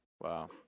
Wow